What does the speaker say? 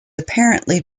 apparently